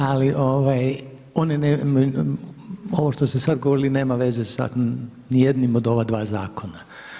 Ali ovo što ste sad govorili nema veze sa ni jednim od ova dva zakona.